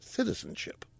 Citizenship